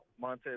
Montez